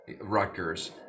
rutgers